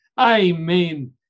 Amen